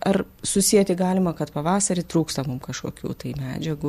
ar susieti galima kad pavasarį trūksta kažkokių tai medžiagų